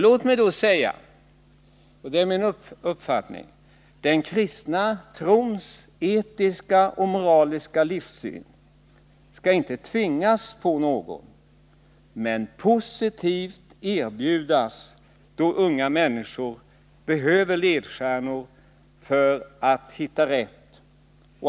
Låt mig säga — och det är min uppfattning — att den kristna trons etiska och moraliska livssyn inte skall tvingas på någon. Men den skall positivt erbjudas, eftersom unga människor behöver ledstjärnor för att hitta rätt.